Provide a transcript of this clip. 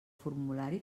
formulari